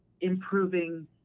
improving